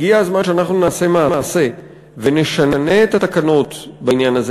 הגיע הזמן שאנחנו נעשה מעשה ונשנה את התקנות בעניין הזה,